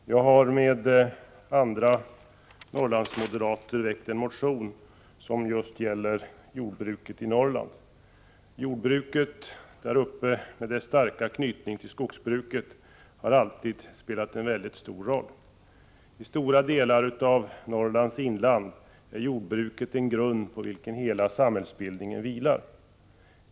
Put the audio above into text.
Herr talman! Jag har med andra Norrlandsmoderater väckt en motion som gäller just jordbruket i Norrland. Jordbruket där uppe, med dess starka anknytning till skogsbruket, har alltid spelat en mycket stor roll. I stora delar av Norrlands inland är jordbruket en grund på vilken hela samhällsbildningen vilar.